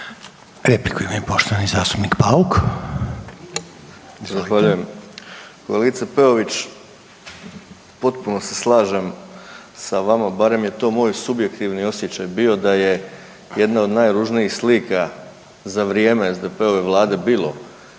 Repliku ima poštovani zastupnik Bauka. **Bauk, Arsen (SDP)** Zahvaljujem. Kolegice Peović, potpuno se slažem sa vama, barem je to moj subjektivni osjećaj bio da je jedna od najružnijih slika za vrijeme SDP-ove vlade bilo